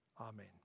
Amen